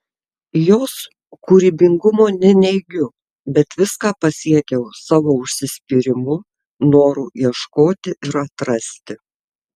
jos kūrybingumo neneigiu bet viską pasiekiau savo užsispyrimu noru ieškoti ir atrasti